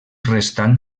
restant